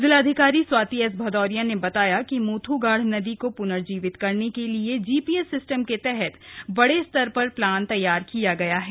जिलाधिकारी स्वाति एस भदौरिया ने बताया कि मोथूगाढ़ नदी को पुनर्जीवित करने के लिए जीपीएस सिस्टम के तहत बड़े स्तर पर प्लान तैयार किया गया है